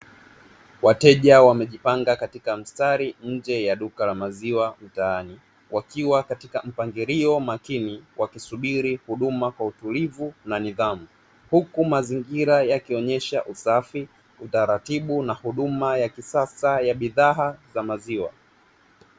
Wateja wamejipanga katika mstari wa nje ya duka la maziwa mtaani, wakiwa katika mpangilio makini wakisubiri huduma kwa utulivu na nidhamu huku mazingira yakionyesha usafi, utaratibu na huduma ya kisasa ya bidhaa za maziwa.